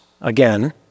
again